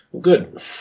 Good